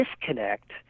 disconnect